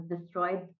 destroyed